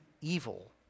evil